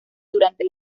durante